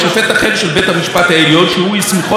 או שופט אחר מבית המשפט העליון שהוא הסמיכו